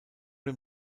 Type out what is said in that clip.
dem